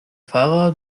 fahrer